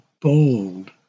bold